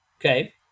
Okay